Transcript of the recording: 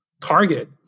Target